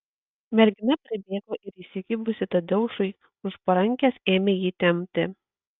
mergina pribėgo ir įsikibusi tadeušui už parankės ėmė jį tempti